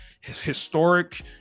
historic